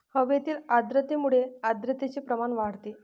हवेतील आर्द्रतेमुळे आर्द्रतेचे प्रमाण वाढते